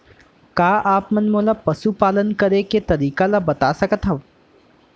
का आप मन मोला पशुपालन करे के तरीका ल बता सकथव?